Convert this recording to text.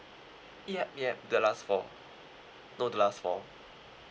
yup yup the last four no the last four